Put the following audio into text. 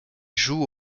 joue